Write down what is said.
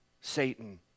Satan